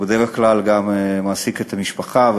ובדרך כלל גם מעסיק את המשפחה,